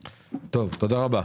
טוב, תודה רבה.